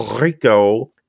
Rico